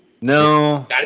No